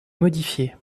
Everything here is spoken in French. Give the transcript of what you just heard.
modifiées